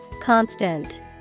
Constant